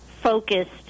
focused